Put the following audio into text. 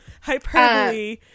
hyperbole